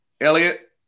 elliot